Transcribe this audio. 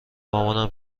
مامان